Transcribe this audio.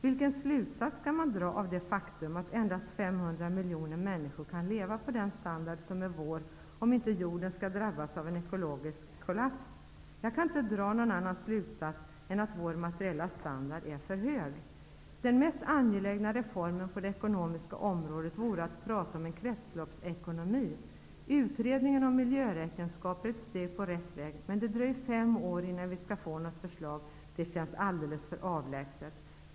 Vilken slutsats skall man dra av det faktum att endast 500 miljoner människor kan leva på den standard som är vår om inte jorden skall drabbas av en ekologisk kollaps? Jag kan inte dra någon annan slutsats än att vår materiella standard är för hög. Den mest angelägna reformen på det ekonomiska området vore att forma en kretsloppsekonomi. Utredningen om miljöräkenskaper är ett steg på rätt väg, men det dröjer fem år innan vi får något förslag. Det känns alldeles för avlägset.